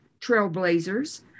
Trailblazers